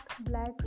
black